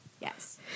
Yes